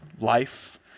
life